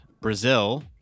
Brazil